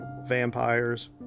vampires